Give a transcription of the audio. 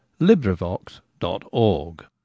LibriVox.org